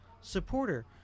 supporter